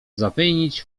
zamienić